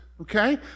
Okay